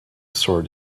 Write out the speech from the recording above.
sword